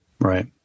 Right